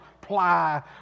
ply